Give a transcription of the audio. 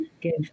give